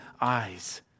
eyes